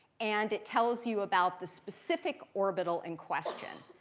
and it tells you about the specific orbital in question.